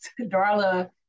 Darla